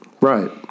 Right